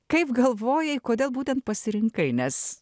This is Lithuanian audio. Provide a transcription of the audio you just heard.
kaip galvojai kodėl būtent pasirinkai nes